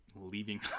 Leaving